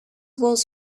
was